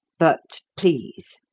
but please.